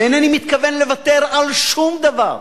אינני מתכוון לוותר על שום דבר,